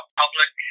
public